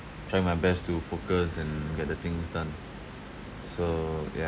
trying my best to focus and get the things done so yeah